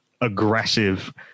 aggressive